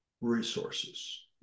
resources